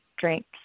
drinks